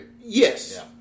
Yes